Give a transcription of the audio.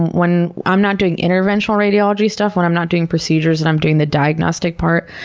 when i'm not doing interventional radiology stuff, when i'm not doing procedures and i'm doing the diagnostic part,